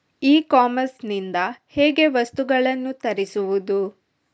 E commerce ಇಂದ ಹೇಗೆ ವಸ್ತುಗಳನ್ನು ತರಿಸುವುದು?